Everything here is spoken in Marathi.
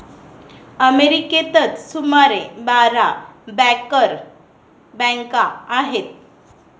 अमेरिकेतच सुमारे बारा बँकर बँका आहेत